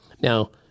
Now